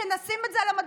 כשנשים את זה על המדפים,